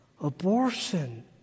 abortion